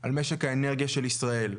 על משק האנרגיה של ישראל.